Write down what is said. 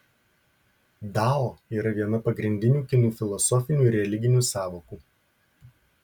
dao yra viena pagrindinių kinų filosofinių ir religinių sąvokų